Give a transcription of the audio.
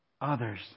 Others